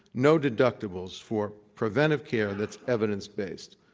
no deductibles for preventive care that's evidence based.